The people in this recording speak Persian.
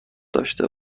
داشته